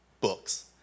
books